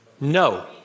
No